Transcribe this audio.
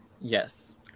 Yes